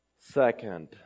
Second